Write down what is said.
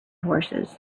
horses